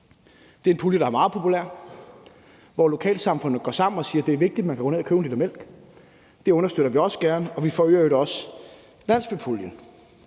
Det er en pulje, der er meget populær, hvor lokalsamfundet går sammen og siger, at det er vigtigt, at man kan gå ned og købe en liter mælk. Det understøtter vi også gerne, og vi forøger i øvrigt også landsbypuljen.